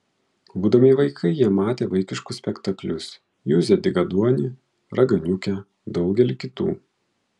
būdami vaikai jie matė vaikiškus spektaklius juzę dykaduonį raganiukę daugelį kitų